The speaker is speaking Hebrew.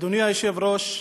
אדוני היושב-ראש,